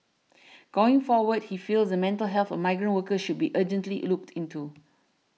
going forward he feels the mental health of migrant workers should be urgently looked into